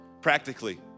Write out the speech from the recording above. practically